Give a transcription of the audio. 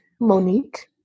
Monique